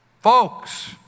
Folks